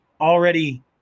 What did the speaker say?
already